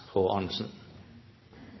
frå